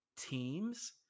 teams